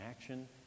action